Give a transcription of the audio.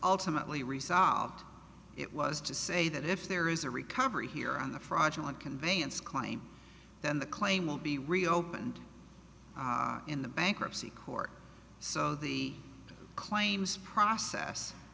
ultimately resolved it was to say that if there is a recovery here on the fraudulent conveyance claim then the claim will be reopened in the bankruptcy court so the claims process